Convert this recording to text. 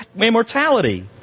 immortality